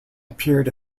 appeared